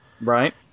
right